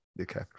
okay